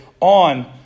on